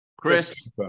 Chris